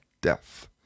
death